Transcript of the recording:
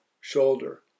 shoulder